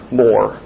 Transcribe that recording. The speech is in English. more